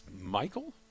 Michael